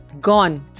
Gone